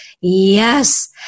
Yes